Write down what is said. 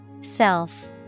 Self